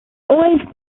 always